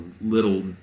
little